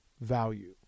value